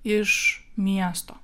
iš miesto